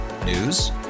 News